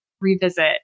revisit